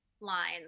lines